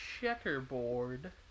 checkerboard